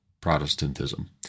Protestantism